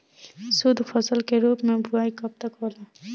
शुद्धफसल के रूप में बुआई कब तक होला?